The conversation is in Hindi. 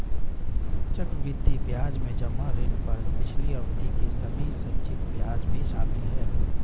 चक्रवृद्धि ब्याज में जमा ऋण पर पिछली अवधि के सभी संचित ब्याज भी शामिल हैं